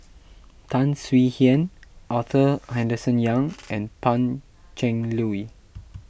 Tan Swie Hian Arthur Henderson Young and Pan Cheng Lui